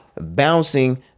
bouncing